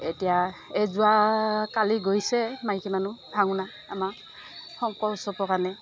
এতিয়া এই যোৱা কালি গৈছে মাইকী মানুহ ভাওনা আমাৰ শংকৰ উৎসৱৰ কাৰণে